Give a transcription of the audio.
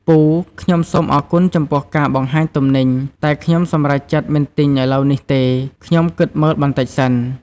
ពូ ខ្ញុំសូមអរគុណចំពោះការបង្ហាញទំនិញ តែខ្ញុំសម្រេចចិត្តមិនទិញឥឡូវនេះទេ ខ្ញុំគិតមើលបន្តិចសិន។